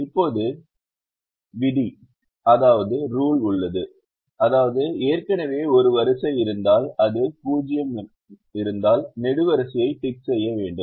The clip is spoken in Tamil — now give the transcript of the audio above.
இப்போது விதி உள்ளது அதாவது ஏற்கனவே ஒரு வரிசை இருந்தால் அது 0 இருந்தால் நெடுவரிசையைத் டிக் செய்ய வேண்டும்